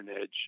edge